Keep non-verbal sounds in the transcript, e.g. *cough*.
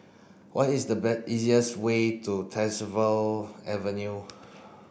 what is the *unintelligible* easiest way to Tyersall Avenue